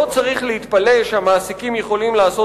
לא צריך להתפלא שהמעסיקים יכולים לעשות